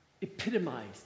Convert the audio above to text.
epitomized